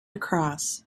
across